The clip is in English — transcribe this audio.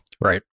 Right